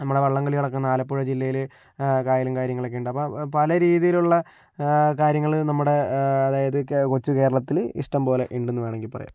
നമ്മുടെ വള്ളംകളി നടക്കുന്ന ആലപ്പുഴ ജില്ലയിലെ കായലും കാര്യങ്ങളൊക്കെ ഉണ്ട് അപ്പോൾ പല രീതിയിലുള്ള കാര്യങ്ങൾ നമ്മുടെ അതായത് കൊച്ചു കേരളത്തിൽ ഇഷ്ടം പോലെ ഉണ്ട് എന്ന് വേണമെങ്കിൽ പറയാം